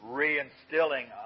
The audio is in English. reinstilling